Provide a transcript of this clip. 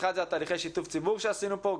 אחד זה תהליכי שיתוף ציבור שעשינו פה,